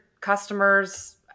customers